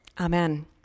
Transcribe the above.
amen